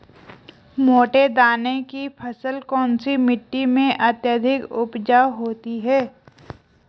मोटे दाने की फसल कौन सी मिट्टी में अत्यधिक उपजाऊ होती है?